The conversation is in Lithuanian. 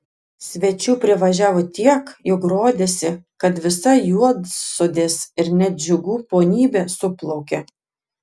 svečių privažiavo tiek jog rodėsi kad visa juodsodės ir net džiugų ponybė suplaukė